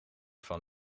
van